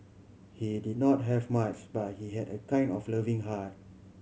he did not have much but he had a kind of loving heart